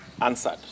answered